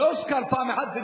לא הוזכר פעם אחת,